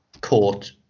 court